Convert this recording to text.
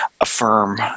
affirm